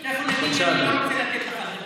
אתה יכול להגיד לי: